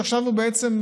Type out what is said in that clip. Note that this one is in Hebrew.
ועכשיו הוא בעצם,